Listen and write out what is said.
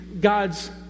God's